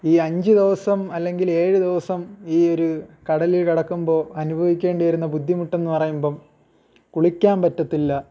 ഈ അഞ്ച് ദിവസം അല്ലെങ്കിൽ ഏഴ് ദിവസം ഈ ഒരു കടലിൽ കിടക്കുമ്പോൾ അനുഭവിക്കേണ്ടി വരുന്ന ബുദ്ധിമുട്ടെന്ന് പറയുമ്പം കുളിക്കാൻ പറ്റത്തില്ല